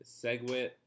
SegWit